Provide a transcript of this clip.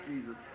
Jesus